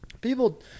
people